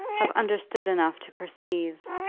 have understood enough to perceive,